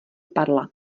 padla